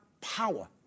power